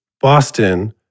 Boston